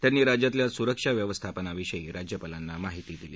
त्यांनी राज्यातल्या सुरक्षा व्यवस्थापनाविषयी राज्यपालांना माहिती दिली